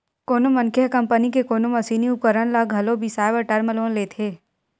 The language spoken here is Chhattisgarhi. कोनो मनखे ह कंपनी के कोनो मसीनी उपकरन ल घलो बिसाए बर टर्म लोन लेथे